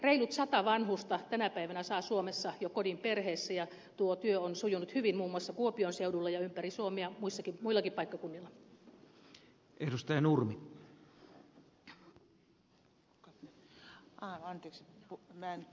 reilut sata vanhusta tänä päivänä saa suomessa jo kodin perheessä ja tuo työ on sujunut hyvin muun muassa kuopion seudulla ja ympäri suomea muillakin paikkakunnilla